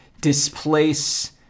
displace